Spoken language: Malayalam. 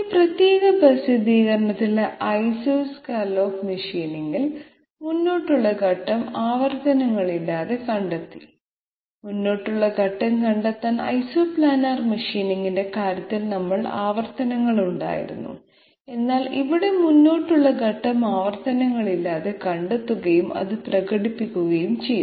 ഈ പ്രത്യേക പ്രസിദ്ധീകരണത്തിലെ ഐസോസ്കലോപ്പ് മെഷീനിംഗിൽ മുന്നോട്ടുള്ള ഘട്ടം ആവർത്തനങ്ങളില്ലാതെ കണ്ടെത്തി മുന്നോട്ടുള്ള ഘട്ടം കണ്ടെത്താൻ ഐസോ പ്ലാനർ മെഷീനിംഗിന്റെ കാര്യത്തിൽ നമ്മൾക്ക് ആവർത്തനങ്ങളുണ്ടായിരുന്നു എന്നാൽ ഇവിടെ മുന്നോട്ടുള്ള ഘട്ടം ആവർത്തനങ്ങളില്ലാതെ കണ്ടെത്തുകയും അത് പ്രകടിപ്പിക്കുകയും ചെയ്തു